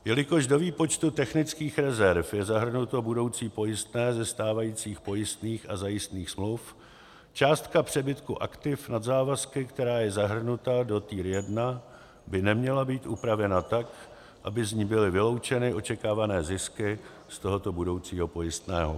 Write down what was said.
Jelikož do výpočtu technických rezerv je zahrnuto budoucí pojistné ze stávajících pojistných a zajistných smluv, částka přebytku aktiv nad závazky, která je zahrnuta do tier 1 by neměla být upravena tak, aby z ní byly vyloučeny očekávané zisky z tohoto budoucího pojistného.